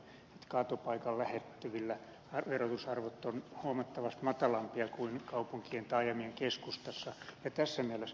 kaatopaikan lähettyvillä verotusarvot ovat huomattavasti matalampia kuin kaupunkien taajamien keskustoissa